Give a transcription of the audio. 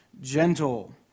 gentle